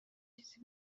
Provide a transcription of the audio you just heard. چیزی